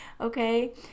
okay